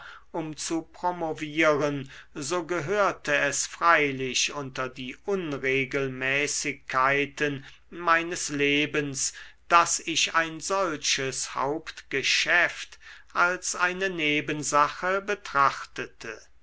um zu promovieren so gehörte es freilich unter die unregelmäßigkeiten meines lebens daß ich ein solches hauptgeschäft als eine nebensache betrachtete